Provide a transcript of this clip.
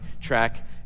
track